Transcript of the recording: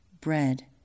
bread